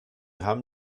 haben